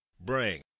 bring